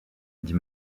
dit